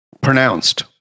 pronounced